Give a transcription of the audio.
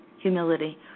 humility